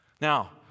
Now